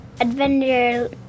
adventure